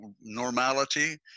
normality